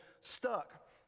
stuck